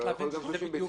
זה יכול להיות גם 30 ביצים.